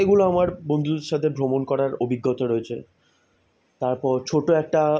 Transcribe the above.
এগুলো আমার বন্ধুদের সাথে ভ্রমণ করার অভিজ্ঞতা রয়েছে তারপর ছোট একটা